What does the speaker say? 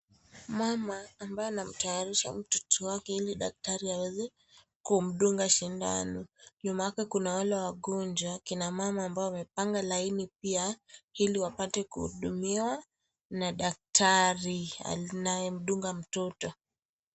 Mama ambaye anamtayarisha mtoto wake ili daktari aweze kumdunga sindano. Nyuma yake kuna wale wagonjwa, kina mama ambao wamepanga laini pia, ili wapate kuhudumiwa na daktari anayemdunga mtoto.